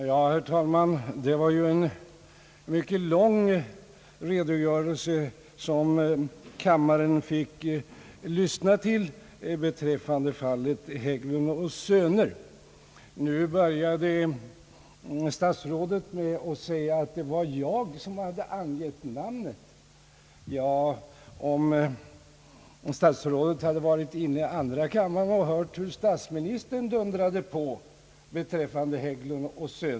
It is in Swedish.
Herr talman! Det var en mycket lång redogörelse beträffande fallet Hägglund & Söner som kammaren fick lyssna till. Statsrådet började med att säga att det var jag som hade angivit namnet på företaget. Statsrådet skulle ha varit in ne i andra kammaren och hört hur statsministern dundrade på beträffande Hägglund & Söner.